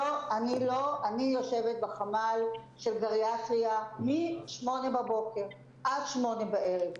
אני יושבת בחמ"ל של גריאטריה משמונה בבוקר עד שמונה בערב.